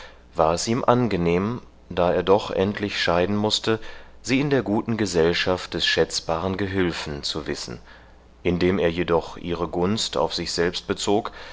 war es ihm angenehm da er doch endlich scheiden mußte sie in der guten gesellschaft des schätzbaren gehülfen zu wissen indem er jedoch ihre gunst auf sich selbst bezog